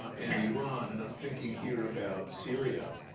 and iran. and i'm thinking here about syria.